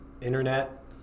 internet